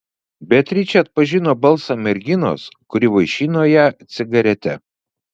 beatričė atpažino balsą merginos kuri vaišino ją cigarete